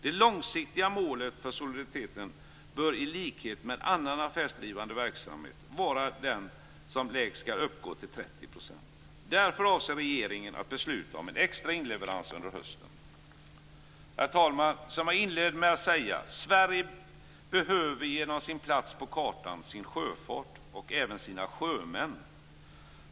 Det långsiktiga målet för soliditeten bör i likhet med i annan affärsdrivande verksamhet vara att denna som lägst skall uppgå till 30 %. Därför avser regeringen att besluta om en extra inleverans under hösten. Herr talman! Som jag inledde med att säga: Sverige behöver genom sin plats på kartan sin sjöfart och även sina sjömän.